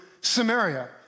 Samaria